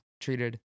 treated